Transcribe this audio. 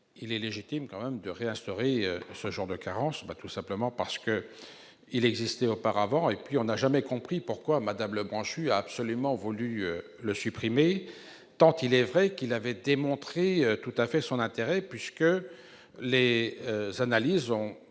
il est légitime quand même de réinstaurer ce jour de carence, tout simplement parce que il existait auparavant et puis on a jamais compris pourquoi Madame Lebranchu a absolument voulu le supprimer, tant il est vrai qu'il avait démontré tout à fait son intérêt, puisque l'est analyse ont